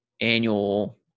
annual